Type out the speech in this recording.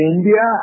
India